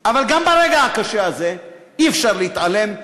אבל גם ברגע הקשה הזה אי-אפשר להתעלם,